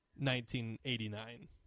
1989